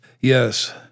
Yes